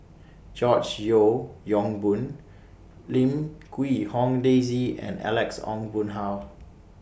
George Yeo Yong Boon Lim Quee Hong Daisy and Alex Ong Boon Hau